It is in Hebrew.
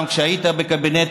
גם כשהיית בקבינט,